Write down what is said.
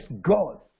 God